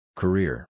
career